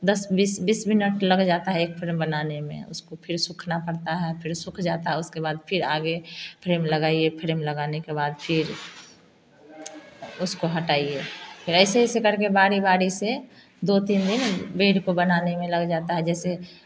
दस बीस बीस बीस मिनट लग जाता है एक फ्रेम बनाने में उसको फिर सूखना पड़ता है फिर सूख जाता है उसके बाद फिर आगे फ्रेम लगाइए फ्रेम लगाने के बाद फिर उसको हटाएं फिर ऐसे ऐसे करके बारी बारी से दो तीन दिन बेल को बनाने में लग जाता है जैसे